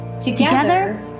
Together